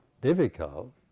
difficult